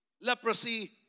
Leprosy